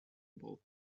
about